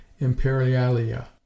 Imperialia